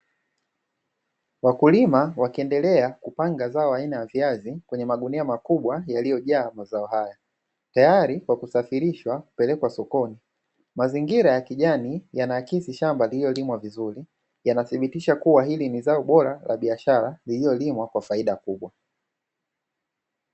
Wakulima wakiendelea kupanga zao aina ya viazi kwenye magunia makubwa yaliyojaa mazao hayo, tayari kwa kusafirishwa kupelekwa sokoni. Mazingira ya kijani yanaakisi shamba lililolimwa vizuri, yanathibitisha kuwa hili ni zao bora la biashara, lililolimwa kwa faida kubwa.